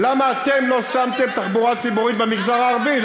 למה אתם לא שמתם תחבורה ציבורית במגזר הערבי?